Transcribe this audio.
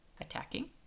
attacking